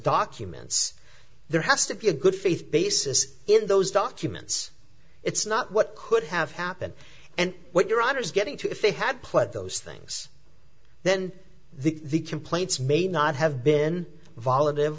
documents there has to be a good faith basis in those documents it's not what could have happened and what your honor is getting to if they had put those things then the the complaints may not have been volunt